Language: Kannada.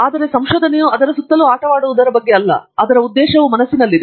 ಆದರೆ ಸಂಶೋಧನೆಯು ಅದರ ಸುತ್ತಲೂ ಆಟವಾಡುವುದರ ಬಗ್ಗೆ ಅಲ್ಲ ಅದರ ಉದ್ದೇಶವು ಮನಸ್ಸಿನಲ್ಲಿದೆ